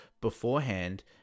beforehand